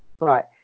right